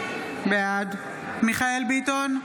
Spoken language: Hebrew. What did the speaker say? בעד מיכאל ביטון,